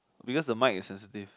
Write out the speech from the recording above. because the mic is sensitive